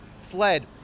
fled